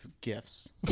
gifts